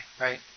right